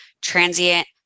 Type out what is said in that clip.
transient